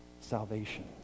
Salvation